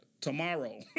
tomorrow